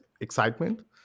excitement